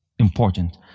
important